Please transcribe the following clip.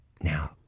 Now